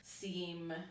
Seem